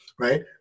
right